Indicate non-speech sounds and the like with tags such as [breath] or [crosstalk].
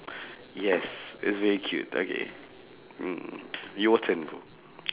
[breath] yes it's very cute okay mm your turn